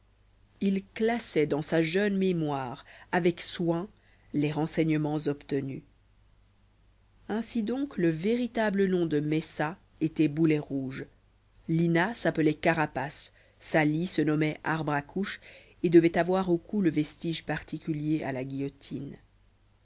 il classait dans sa jeune mémoire avec soin les renseignements obtenus ainsi donc le véritable nom de messa était boulet rouge lina s'appelait carapace sali se nommait arbre à couche et devait avoir au cou le vestige particulier à la guillotine